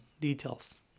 details